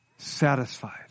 Satisfied